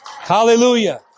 Hallelujah